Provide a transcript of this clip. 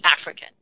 African